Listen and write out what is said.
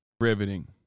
Riveting